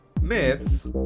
myths